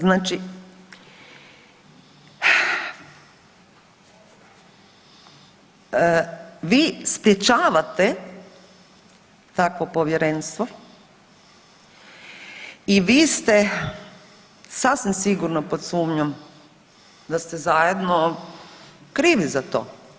Znači vi sprječavate takvo Povjerenstvo i vi ste sasvim sigurno pod sumnjom da ste zajedno krivi za to.